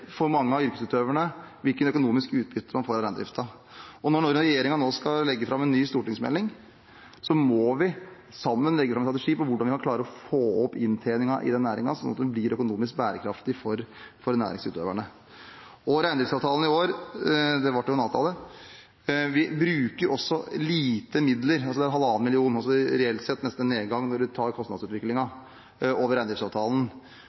for mange av yrkesutøverne når det gjelder hvilket økonomisk utbytte de får av reindriften. Når regjeringen nå skal legge fram en ny stortingsmelding, må vi sammen legge fram en strategi for hvordan vi kan klare å få opp inntjeningen i den næringen, sånn at den blir økonomisk bærekraftig for næringsutøverne. Når det gjelder reindriftsavtalen i år – det ble jo en avtale: Vi bruker lite midler, 1,5 mill. kr., altså reelt sett nesten en nedgang når